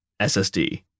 SSD